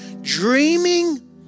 Dreaming